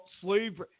slavery